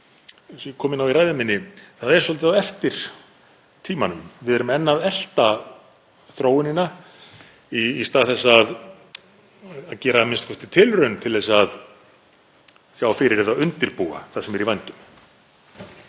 og ég kom inn á í ræðu minni, að það er svolítið á eftir tímanum. Við erum enn að elta þróunina í stað þess að gera a.m.k. tilraun til að sjá fyrir eða undirbúa það sem er í vændum.